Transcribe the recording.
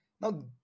Now